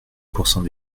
pourcent